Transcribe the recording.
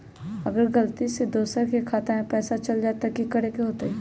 अगर गलती से दोसर के खाता में पैसा चल जताय त की करे के होतय?